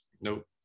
Nope